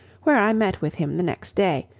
where i met with him the next day,